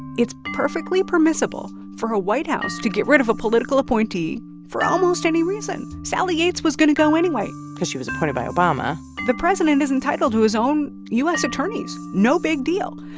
it's perfectly permissible for a white house to get rid of a political appointee for almost any reason. sally yates was going to go anyway because she was appointed by obama the president is entitled to his own u s. attorneys. no big deal.